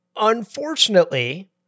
Unfortunately